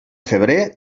febrer